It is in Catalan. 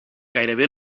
gairebé